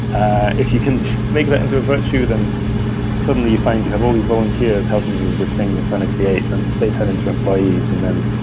ah if you can make that into a virtue, then suddenly, you find you have all these volunteers helping you with this thing you're trying to create, and they turn into employees, and then